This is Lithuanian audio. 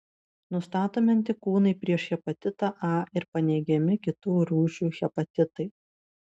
nustatomi antikūnai prieš hepatitą a ir paneigiami kitų rūšių hepatitai